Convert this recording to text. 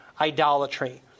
idolatry